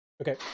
Okay